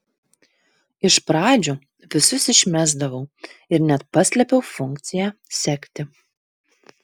iš pradžių visus išmesdavau ir net paslėpiau funkciją sekti